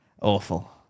Awful